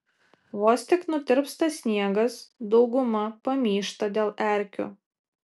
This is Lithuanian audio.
vos tik nutirpsta sniegas dauguma pamyšta dėl erkių